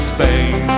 Spain